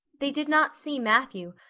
they did not see matthew,